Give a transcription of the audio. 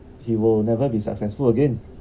he will never be successful again